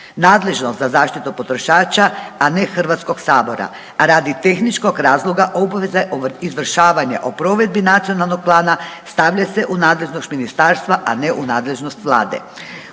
nadležnog za zaštitu potrošača, a ne HS, a radi tehničkog razloga obveza izvršavanja o provedbi nacionalnog plana stavlja se u nadležnost ministarstva, a ne u nadležnost vlade.